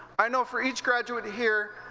i know for each graduate here,